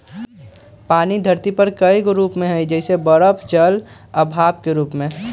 पानी धरती पर कए गो रूप में हई जइसे बरफ जल आ भाप के रूप में